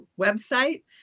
website